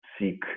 seek